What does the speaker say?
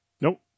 Nope